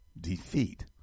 defeat